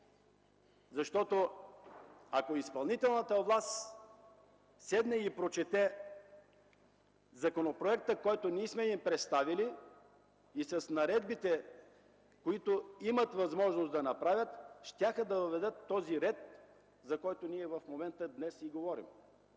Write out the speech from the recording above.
Ако от изпълнителната власт седнат и прочетат законопроекта, който ние сме им представили, и с наредбите, които имат възможност да направят, щяха да въведат този ред, за който ние в момента, днес, си говорим.